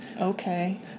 Okay